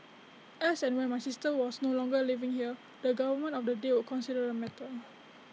as and when my sister was no longer living there the government of the day would consider the matter